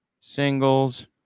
Singles